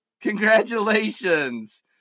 Congratulations